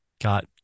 got